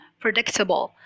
predictable